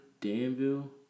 Danville